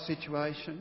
situation